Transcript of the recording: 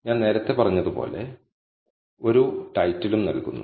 ഞാൻ നേരത്തെ പറഞ്ഞതുപോലെ ഒരു ടൈറ്റിലും നൽകുന്നു